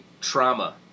trauma